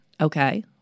okay